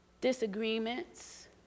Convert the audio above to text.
disagreements